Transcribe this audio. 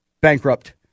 bankrupt